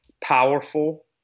powerful